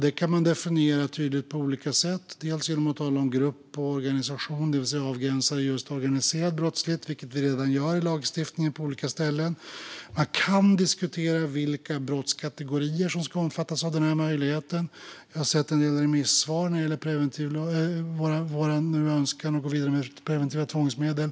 Den kan definieras tydligt på olika sätt, bland annat genom att tala om grupp och organisation. Det handlar vidare om att avgränsa just organiserad brottslighet, vilket redan sker på olika ställen i lagstiftningen. Man kan också diskutera vilka brottskategorier som ska omfattas av möjligheten. Jag har sett en del remissvar när det gäller vår önskan att gå vidare med preventiva tvångsmedel.